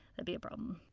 be a problem.